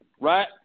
right